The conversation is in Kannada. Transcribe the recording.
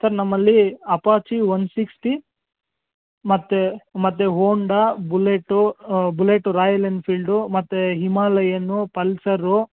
ಸರ್ ನಮ್ಮಲ್ಲಿ ಅಪಾಚಿ ಒನ್ ಸಿಕ್ಸ್ಟಿ ಮತ್ತು ಮತ್ತು Honda Bullet Bullet Royal Enfield ಮತ್ತು ಹಿಮಾಲಯನ್ ಪಲ್ಸರು